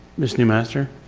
ms. newmaster.